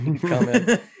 comment